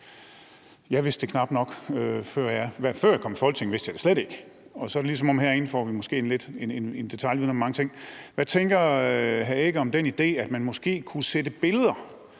de køber. Altså, før jeg kom i Folketinget, vidste jeg det slet ikke, men så er det sådan, at herinde får vi måske lidt mere detailviden om mange ting. Hvad tænker hr. Søren Egge Rasmussen om den idé, at man måske kunne sætte billeder